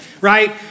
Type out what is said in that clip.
right